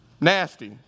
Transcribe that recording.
nasty